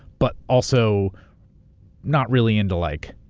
but also not really into like